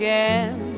Again